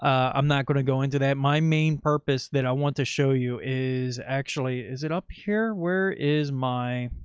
ah i'm not going to go into that. my main purpose that i want to show you is actually, is it up here? where is my.